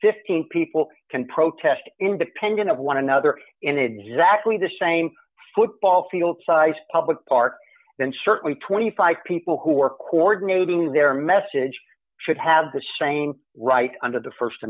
fifteen people can protest independent of one another in exactly the same football field sized public park bench certainly twenty five people who are coordinating their message should have the shame right under the